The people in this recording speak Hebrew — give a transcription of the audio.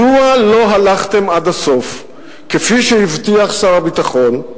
מדוע לא הלכתם עד הסוף, כפי שהבטיח שר הביטחון,